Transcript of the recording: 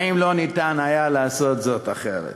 האם לא ניתן היה לעשות זאת אחרת?